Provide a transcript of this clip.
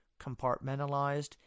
compartmentalized